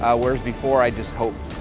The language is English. whereas before i just hoped.